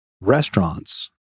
restaurants